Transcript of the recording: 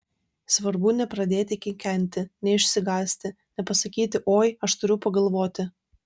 svarbu nepradėti kikenti neišsigąsti nepasakyti oi aš turiu pagalvoti